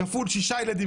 כפול שישה ילדים,